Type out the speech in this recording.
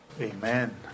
Amen